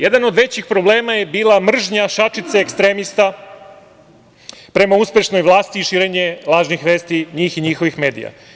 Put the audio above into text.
Jedan od većih problema je bila mržnja šačice ekstremista prema uspešnoj vlasti i širenje lažnih vesti, njih i njihovih medija.